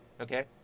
Okay